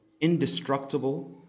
indestructible